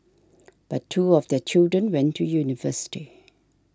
but two of their children went to university